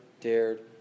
dared